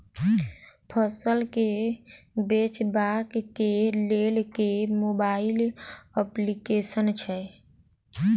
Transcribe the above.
फसल केँ बेचबाक केँ लेल केँ मोबाइल अप्लिकेशन छैय?